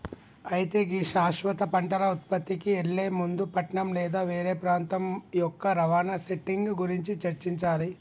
అయితే గీ శాశ్వత పంటల ఉత్పత్తికి ఎళ్లే ముందు పట్నం లేదా వేరే ప్రాంతం యొక్క రవాణా సెట్టింగ్ గురించి చర్చించాలి